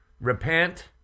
Repent